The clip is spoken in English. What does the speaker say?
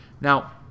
Now